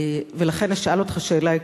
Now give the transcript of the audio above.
ולכן אשאל אותך שאלה עקרונית,